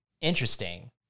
Interesting